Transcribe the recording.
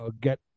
get